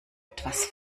etwas